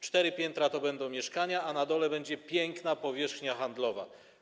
Cztery piętra to będą mieszkania, a na dole będzie piękna powierzchnia handlowa.